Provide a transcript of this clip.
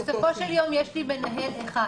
בסופו של יום, יש לי מנהל אחד,